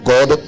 God